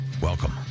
Welcome